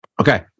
Okay